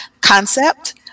concept